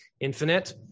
infinite